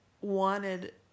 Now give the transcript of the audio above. wanted